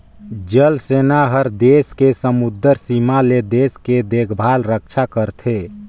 जल सेना हर देस के समुदरर सीमा ले देश के देखभाल रक्छा करथे